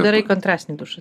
darai kontrastinį dušą